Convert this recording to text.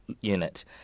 Unit